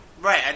Right